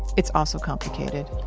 it's also complicated.